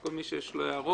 כל מי שיש לו הערות,